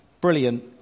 brilliant